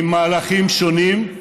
עם מהלכים שונים,